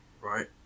right